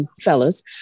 fellas